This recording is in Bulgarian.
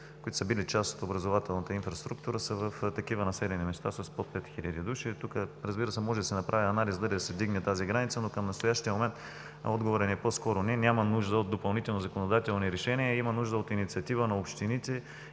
които са били част от образователната инфраструктура, са в населени места с под 5000 души. Разбира се, може да се направи анализ дали да се вдигне тази граница, но към настоящия момент отговорът ни е по-скоро „не“. Няма нужда от допълнителни законодателни решения, има нужда от инициатива на общините